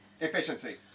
efficiency